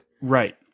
Right